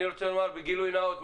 אני רוצה לומר בגילוי נאות,